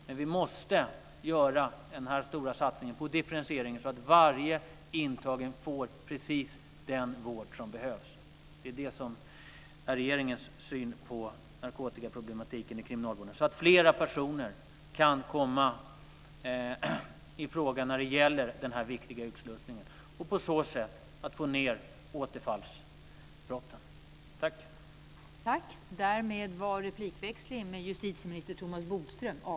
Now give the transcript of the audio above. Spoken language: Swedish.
Men vi måste göra den här stora satsningen på differentiering så att varje intagen får precis den vård som behövs. Det är det som är regeringens syn på narkotikaproblematiken i kriminalvården. Då kan fler personer komma i fråga när det gäller den här viktiga utslussningen, och på så sätt kan vi få ned återfallsbrotten.